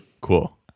Cool